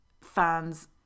fans